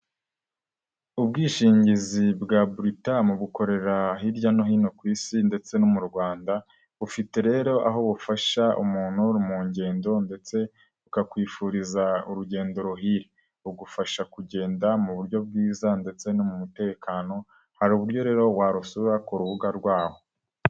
Ubwishingizi bwa Buritamu bukorera hirya no hino ku isi ndetse no mu Rwanda bufite rero aho bufasha umuntu mu ngendo ndetse bukakwifuriza urugendo ruhire, bugufasha kugenda mu buryo bwiza ndetse no mu mutekano, hari uburyo rero warusura ku rubuga rwaho.